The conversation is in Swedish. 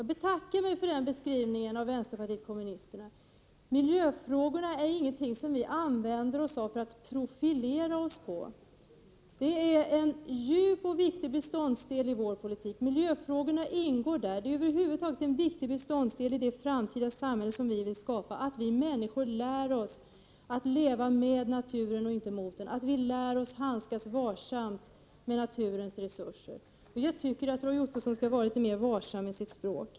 Jag betackar mig för den beskrivningen av vänsterpartiet 13 december 1988 kommunisterna. Miljöfrågorna är ingenting som vi använder oss av för att profilera oss på. Miljöfrågorna är en djup och viktig beståndsdel i vår politik. Det är över huvud taget en viktig beståndsdel i det framtida samhälle som vi vill skapa att vi människor lär oss att leva med naturen och inte mot den, att vi lär oss att handskas varsamt med naturens resurser. Jag tycker att Roy Ottosson skall vara litet mera varsam i sitt språk.